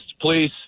please